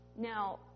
Now